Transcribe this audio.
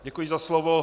Děkuji za slovo.